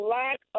lack